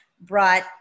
brought